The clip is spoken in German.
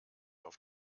auf